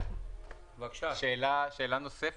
שאלה נוספת,